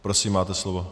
Prosím, máte slovo.